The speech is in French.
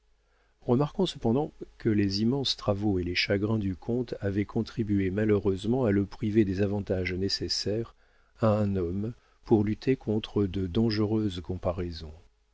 remarquons cependant que les immenses travaux et les chagrins du comte avaient contribué malheureusement à le priver des avantages nécessaires à un homme pour lutter contre de dangereuses comparaisons